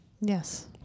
Yes